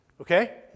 okay